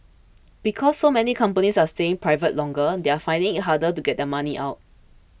because so many companies are staying private longer they're finding it harder to get their money out